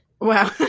Wow